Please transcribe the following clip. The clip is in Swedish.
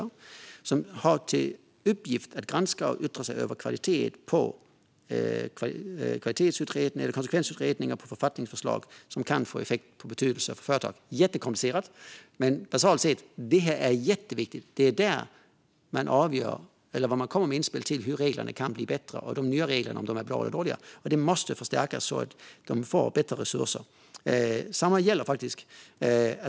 Rådet har till uppgift att granska och yttra sig över kvaliteten på konsekvensutredningar av författningsförslag som kan få effekter av betydelse för företag - jättekomplicerat, men basalt sett är det jätteviktigt, eftersom det är där man kommer med inspel till hur reglerna kan bli bättre och om nya regler är bra eller dåliga. Det måste förstärkas så att de får bättre resurser.